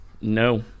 No